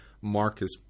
Marcus